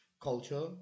culture